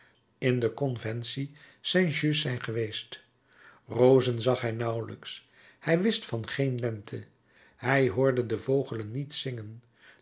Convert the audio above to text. in de conventie saint just zijn geweest rozen zag hij nauwelijks hij wist van geen lente hij hoorde de vogelen niet zingen